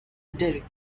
derek